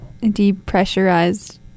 depressurized